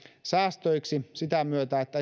säästöiksi esimerkiksi sen myötä että